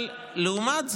אבל לעומת זאת,